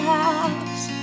house